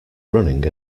running